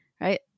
right